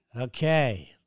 Okay